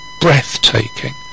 breathtaking